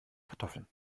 kartoffeln